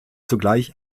zugleich